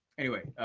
anyway,